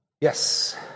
Yes